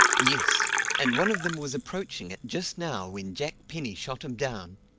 yes and one of them was approaching it just now when jack penny shot him down.